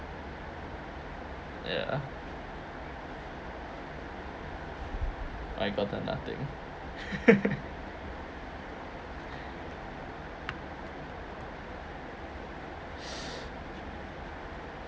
ya I gotten nothing